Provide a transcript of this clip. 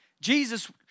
Jesus